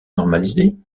normalisée